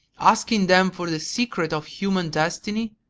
asking them for the secret of human destiny?